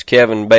Kevin